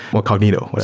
incognito.